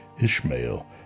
Ishmael